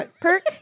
Perk